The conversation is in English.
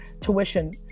tuition